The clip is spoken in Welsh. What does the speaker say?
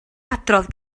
hadrodd